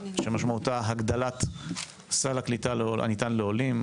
שמשמעותה הגדלת סל הקליטה הניתן לעולים.